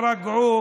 תירגעו,